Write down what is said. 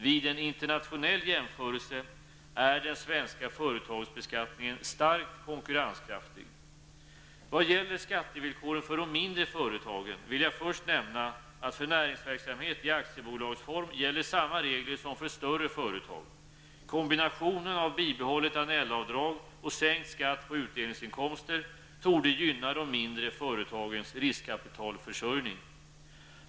Vid en internationell jämförelse är den svenska företagsbeskattningen starkt konkurrenskraftig. Vad gäller skattevillkoren för de mindre företagen vill jag först nämna att för näringsverksamhet i aktiebolagsform gäller samma regler som för större företag. Kombinationen av bibehållet Annellavdrag och sänkt skatt på utdelningsinkomster torde gynna de mindre företagens riskkapitalförsörjning.